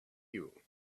you